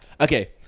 Okay